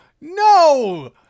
No